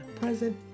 present